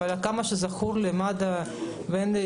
עד כמה שזכור לי מד"א, ואין לי